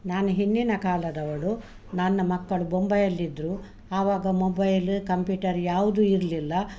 ನಾನು ಹಿಂದಿನ ಕಾಲದವಳು ನನ್ನ ಮಕ್ಕಳು ಬೊಂಬೈಯಲ್ಲಿದ್ದರು ಆವಾಗ ಮೊಬೈಲ ಕಂಪ್ಯೂಟರ್ ಯಾವುದೂ ಇರಲಿಲ್ಲ